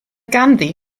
ganddi